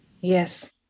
Yes